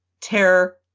Terror